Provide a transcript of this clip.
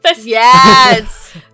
Yes